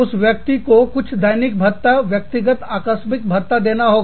उस व्यक्ति को कुछ दैनिक भत्ताव्यक्तिगत आकस्मिक भत्ता देना होगा